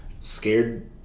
Scared